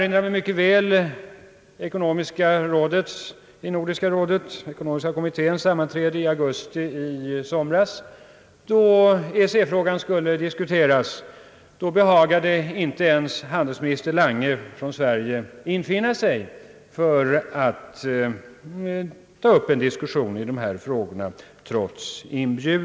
När Nordiska rådets ekonomiska utskott hade sammanträde i augusti i år, då EEC-frågan skulle diskuteras, behagade inte ens handelsminister Lange från Sverige trots en inbjudan infinna sig för att ta upp en diskussion i dessa frågor.